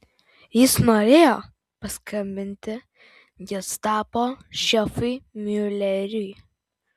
jis norėjo paskambinti gestapo šefui miuleriui